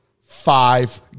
five